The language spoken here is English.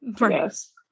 Yes